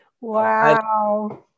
wow